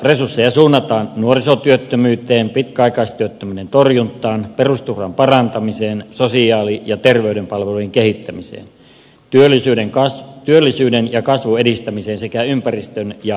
resursseja suunnataan nuorisotyöttömyyteen pitkäaikaistyöttömyyden torjuntaan perusturvan parantamiseen sosiaali ja terveyspalveluiden kehittämiseen työllisyyden ja kasvun edistämiseen sekä ympäristön ja luonnonsuojeluun